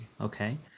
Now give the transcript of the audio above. okay